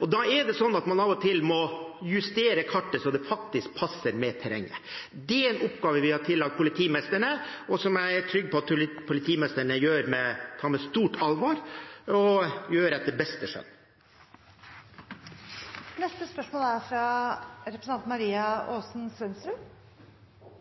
Man må av og til justere kartet så det faktisk passer med terrenget. Det er en oppgave vi har lagt til politimestrene, og som jeg er trygg på at politimestrene gjør med stort alvor og etter beste skjønn. «Mener statsråden at dagens isolasjonsbruk i norske fengsler er